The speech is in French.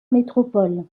métropole